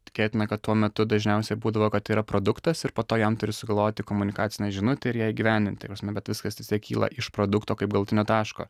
tikėtina kad tuo metu dažniausiai būdavo kad yra produktas ir po to jam turi sugalvoti komunikacinę žinutę ir ją įgyvendin ta prasme bet viskas vis tiek kyla iš produkto kaip galutinio taško